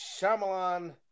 Shyamalan